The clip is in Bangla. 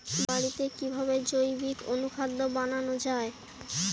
বাড়িতে কিভাবে জৈবিক অনুখাদ্য বানানো যায়?